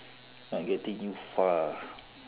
not getting you far